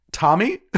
Tommy